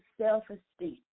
self-esteem